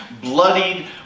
bloodied